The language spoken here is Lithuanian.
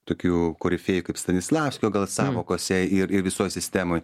tokių korifėjų kaip stanislavskio gal sąvokose ir ir visoj sistemoj